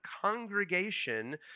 congregation